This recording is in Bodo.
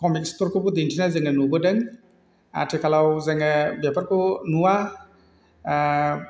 कमिक्सफोरखौबो दिन्थिनाय जोङो नुबोदों आथिखालाव जोङो बेफोरखौ नुआ